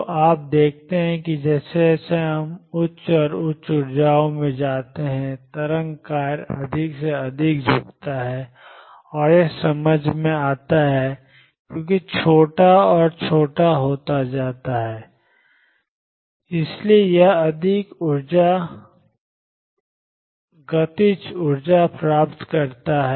तो आप देखते हैं कि जैसे जैसे हम उच्च और उच्च ऊर्जाओं में जाते हैं तरंग कार्य अधिक से अधिक झुकता है और यह समझ में आता है क्योंकि छोटा और छोटा होता जाता है इसलिए यह अधिक गतिज ऊर्जा प्राप्त करता है